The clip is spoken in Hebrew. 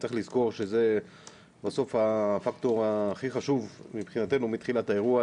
צריך לזכור שבסוף זה הפקטור הכי חשוב מבחינתנו מתחילת האירוע.